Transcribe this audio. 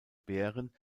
bären